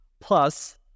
plus